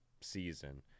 season